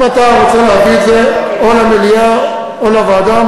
אם אתה רוצה להביא את זה או למליאה או לוועדה,